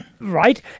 Right